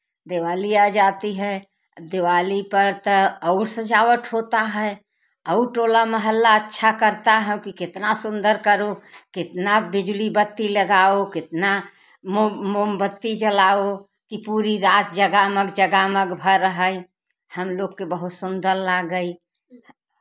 दिवाली आ जाती है दिवाली पर तो और सजावट होता है और टोला मोहल्ला अच्छा करता है कि कितना सुंदर करो कितना बिजली बत्ती लगाओ कितना मोमबत्ती जलाओ की पूरी रात जगमक जगमक भा रहय हम लोग के बहुत सुंदर लागय